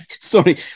sorry